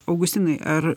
augustinai ar